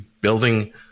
building